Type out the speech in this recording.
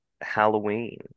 Halloween